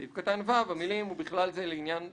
בסעיף קטן (ו), המילים "ובכלל זה לעניין תוכנה"